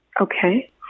Okay